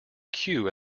queue